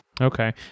Okay